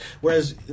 Whereas